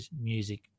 music –